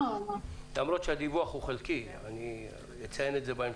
למרות שהדיווח הוא חלקי ואני אציין את זה בהמשך.